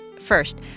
First